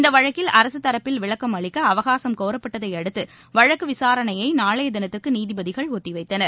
இந்தவழக்கில் அரசுதரப்பில் விளக்கம் அளிக்கஅவகாசம் கோரப்பட்டதைஅடுத்துவழக்குவிசாரணையைநாளையதினத்திற்குநீதிபதிகள் ஒத்திவைத்தனர்